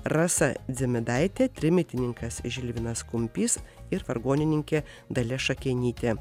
rasa dzimidaitė trimitininkas žilvinas kumpys ir vargonininkė dalia šakenytė